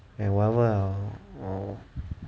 ya whatever lah 我